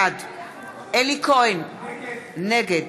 בעד אלי כהן, נגד